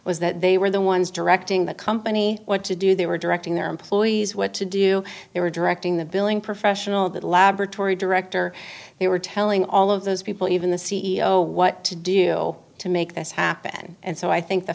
was that they were the ones directing the company what to do they were directing their employees what to do they were directing the billing professional that laboratory director they were telling all of those people even the c e o what to do to make this happen and so i think the